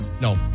No